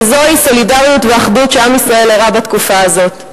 וזוהי סולידריות ואחדות שעם ישראל הראה בתקופה הזאת.